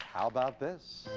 how about this?